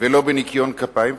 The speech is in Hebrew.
ולא בניקיון כפיים,